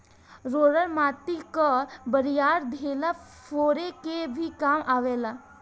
roller माटी कअ बड़ियार ढेला फोरे के भी काम आवेला